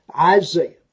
Isaiah